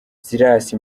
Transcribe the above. silas